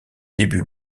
début